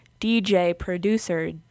DJ-producer